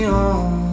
on